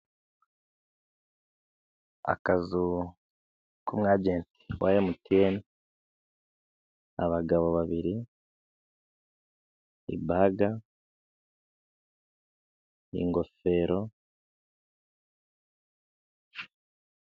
Akazu ku mu'agent wa MTN, abagabo babiri, ibage, ingofero.